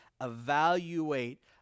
evaluate